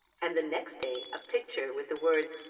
and the next day a picture with the words,